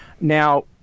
Now